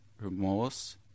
remorse